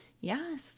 Yes